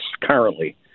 currently